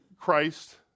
Christ